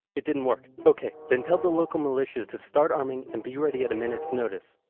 it didn't work. ok, then tell the local militias to start arming and be ready at a minutes notice.